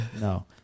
no